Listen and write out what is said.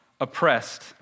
oppressed